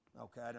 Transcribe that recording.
Okay